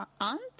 aunt